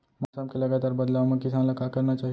मौसम के लगातार बदलाव मा किसान ला का करना चाही?